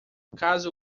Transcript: caso